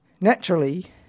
Naturally